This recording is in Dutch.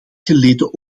geleden